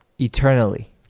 eternally